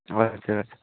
हजुर